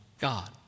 God